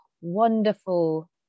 wonderful